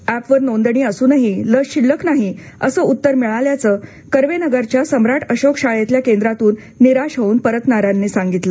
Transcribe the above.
ऍपवर नोंदणी असूनही लस शिल्लक नाही असं उत्तर मिळाल्याचं कर्वेनगरच्या सम्राट अशोक शाळेतल्या केंद्रातून निराश होऊन परतणाऱ्यांनी सांगितलं